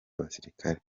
abasirikare